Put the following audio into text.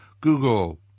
Google